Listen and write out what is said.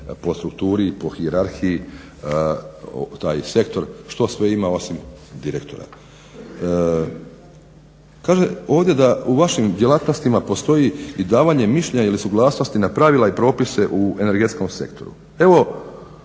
po strukturi i po hijerarhiji taj sektor, što sve ima osim direktora. Kaže ovdje da u vašim djelatnostima postoji i davanje mišljenja ili suglasnosti na pravila i propise u energetskom sektoru.